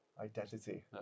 Identity